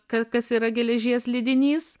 ka kas yra geležies lydinys